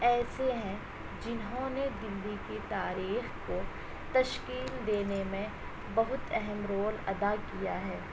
ایسے ہیں جنہوں نے دلی کی تاریخ کو تشکیل دینے میں بہت اہم رول ادا کیا ہے